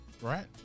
right